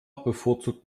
bevorzugt